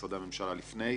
משרד האוצר עושה את החישובים,